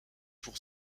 pour